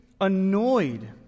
annoyed